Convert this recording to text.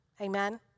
Amen